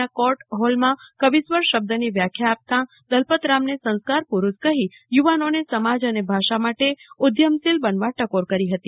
ના કોર્ટ હોલમાં કવીશ્વર શબ્દની વ્યાખ્યા આપતાં દલપતરામને સંસ્કાર પુરુષ કહી યુવાનોને સમાજ અને ભાષા માટે ઉદ્યમશીલ બનવા ટકોર કરી હતી